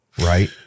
right